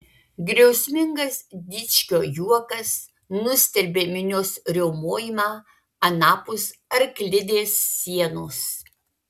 griausmingas dičkio juokas nustelbė minios riaumojimą anapus arklidės sienos